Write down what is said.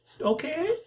okay